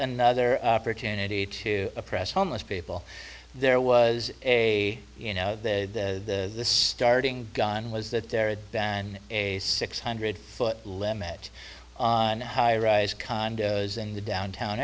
another opportunity to oppress homeless people there was a you know the starting gun was that there than a six hundred foot limit on high rise condos in the downtown